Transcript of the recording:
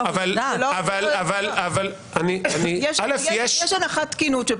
יש הנחת תקינות.